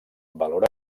valor